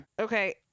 Okay